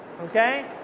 Okay